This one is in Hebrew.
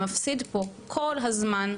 שמפסיד כל הזמן,